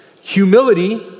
humility